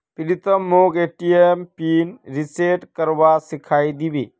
प्रीतम मोक ATM PIN reset करवा सिखइ दी बे